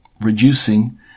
reducing